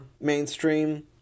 mainstream